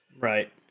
Right